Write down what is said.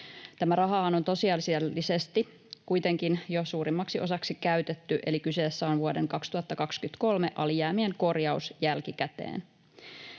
rahahan on tosiasiallisesti kuitenkin jo suurimmaksi osaksi käytetty, eli kyseessä on vuoden 2023 alijäämien korjaus jälkikäteen.